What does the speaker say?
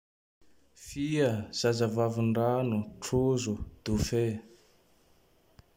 Fia, zavavandrano, trozo, dôfe.